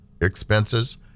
expenses